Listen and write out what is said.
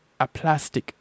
aplastic